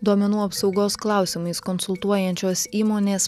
duomenų apsaugos klausimais konsultuojančios įmonės